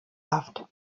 haft